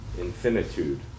infinitude